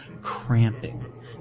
cramping